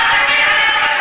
אל תגיד לנו מחבלים.